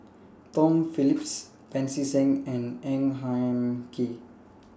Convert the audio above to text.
Tom Phillips Pancy Seng and Ang Hin Kee